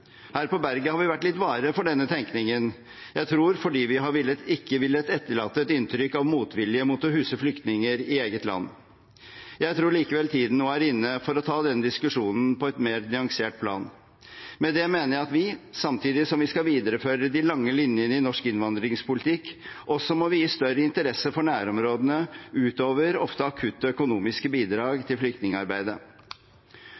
Her på berget har vi vært litt vare for denne tenkningen – jeg tror fordi vi ikke har villet etterlate et inntrykk av motvilje mot å huse flyktninger i eget land. Jeg tror likevel tiden nå er inne for å ta denne diskusjonen på et mer nyansert plan. Med det mener jeg at vi, samtidig som vi skal videreføre de lange linjene i norsk innvandringspolitikk, også må vise større interesse for nærområdene utover ofte akutte økonomiske bidrag